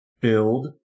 build